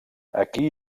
aquí